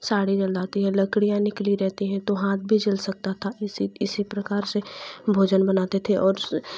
साड़ी जल जाती है लड़कियाँ निकली रहती है तो हाथ भी जल सकता था इसी प्रकार से भोजन बनाते थे और